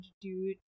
dude